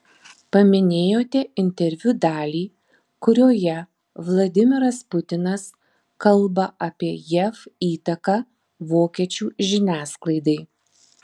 paminėjote interviu dalį kurioje vladimiras putinas kalba apie jav įtaką vokiečių žiniasklaidai